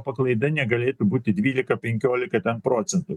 paklaida negalėtų būti dvylika penkiolika procentų